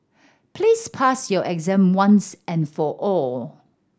please pass your exam once and for all